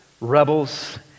rebels